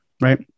right